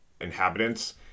inhabitants